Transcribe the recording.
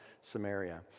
Samaria